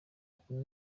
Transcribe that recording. ubu